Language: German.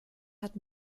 hat